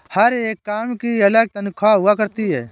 हर एक काम की अलग तन्ख्वाह हुआ करती है